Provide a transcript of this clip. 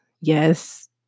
Yes